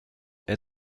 est